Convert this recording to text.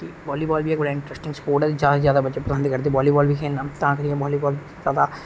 volleyball बी अजकल interesting sports ऐ ज्यादा कोला ज्यादा बच्चे पसंद करदे बाॅलीबाल खेलना तां करियै बाॅलीबाल